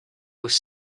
was